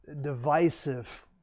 divisive